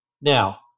Now